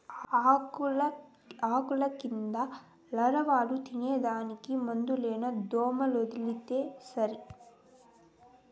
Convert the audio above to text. ఆకుల కింద లారవాలు తినేదానికి మందులేల దోమలనొదిలితే సరి